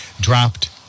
dropped